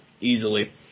easily